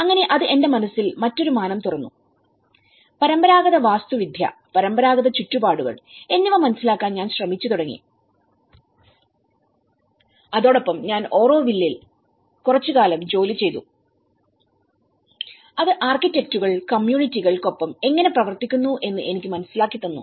അങ്ങനെ അത് എന്റെ മനസ്സിൽ മറ്റൊരു മാനം തുറന്നു പരമ്പരാഗത വാസ്തുവിദ്യ പരമ്പരാഗത ചുറ്റുപാടുകൾ എന്നിവ മനസ്സിലാക്കാൻ ഞാൻ ശ്രമിച്ചു തുടങ്ങി അതോടൊപ്പം ഞാൻ ഓറോവില്ലിൽ കുറച്ചുകാലം ജോലി ചെയ്തു അത് ആർക്കിടെക്റ്റുകൾ കമ്മ്യൂണിറ്റികൾക്കൊപ്പം എങ്ങനെ പ്രവർത്തിക്കുന്നു എന്ന് എനിക്ക് മനസ്സിലാക്കി തന്നു